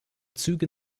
züge